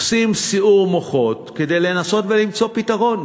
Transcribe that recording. עושים סיעור מוחות כדי לנסות ולמצוא פתרון,